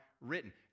written